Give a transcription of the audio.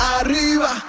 arriba